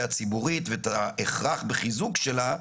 הציבורית ואת ההכרח בחיזוק שלה,